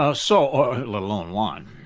ah so um let alone wine.